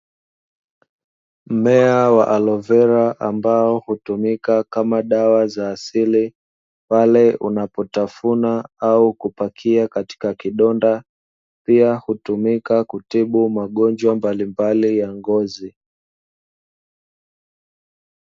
Mmea wa alovera ambao hutumika kama dawa za asili, pale unapotafuna au kupakia kwenye kidonda, pia hutumika kutibu magonjwa mbalimbali ya ngozi.